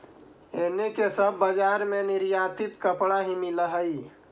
एने के सब बजार में निर्यातित कपड़ा ही मिल हई